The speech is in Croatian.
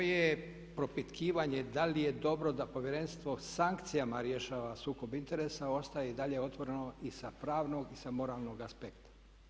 Moje propitkivanje da li je dobro da Povjerenstvo sankcijama rješava sukob interesa ostaje i dalje otvoreno i sa pravnog i sa moralnog aspekta.